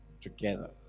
together